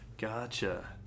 Gotcha